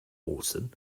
allston